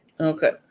Okay